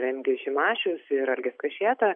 remigijus šimašius ir algis kašėta